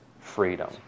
freedom